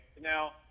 Now